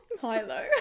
Hilo